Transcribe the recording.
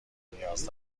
نیاز